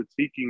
critiquing